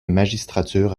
magistrature